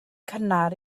cynnar